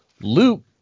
Luke